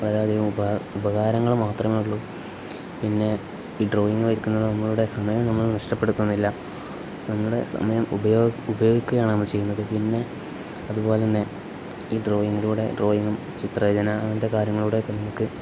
വളരെയധികം ഉപകാരം ഉപകാരങ്ങൾ മാത്രമേ ഉള്ളൂ പിന്നെ ഈ ഡ്രോയിങ്ങ് വരയ്ക്കുന്ന നമ്മളുടെ സമയം നമ്മൾ നഷ്ടപ്പെടുത്തുന്നില്ല നമ്മുടെ സമയം ഉപയോഗം ഉപയോഗിക്കുകയാണ് നമ്മൾ ചെയ്യുന്നത് പിന്നെ അതുപോലെ തന്നെ ഈ ഡ്രോയിങ്ങിലൂടെ ഡ്രോയിങ്ങും ചിത്രരചന അങ്ങനത്തെ കാര്യങ്ങളിലൂടെയൊക്കെ നമുക്ക്